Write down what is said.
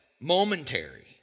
momentary